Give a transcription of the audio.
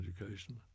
education